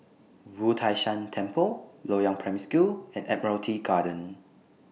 Wu Tai Shan Temple Loyang Primary School and Admiralty Garden